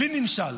בלי נמשל,